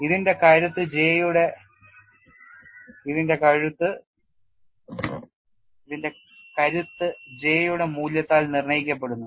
ഇതിന്റെ കരുത്ത് J യുടെ മൂല്യത്താൽ നിർണ്ണയിക്കപ്പെടുന്നു